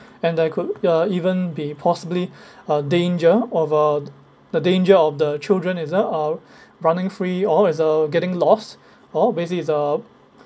and that could uh even be possibly uh danger of uh the danger of the children is uh are running free or is uh getting lost or basically is uh